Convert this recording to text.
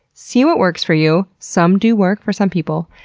see what works for you. some do work for some people.